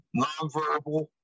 nonverbal